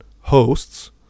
hosts